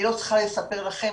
אני לא צריכה לספר לכם,